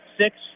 six